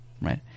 right